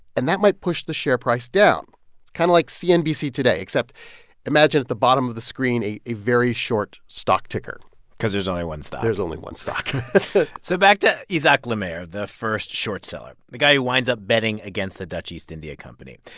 and that might push the share price down. it's kind of like cnbc today, except imagine at the bottom of the screen a a very short stock ticker cause there's only one stock there's only one stock so back to isaac le maire, the first short seller the guy who winds up betting against the dutch east india company.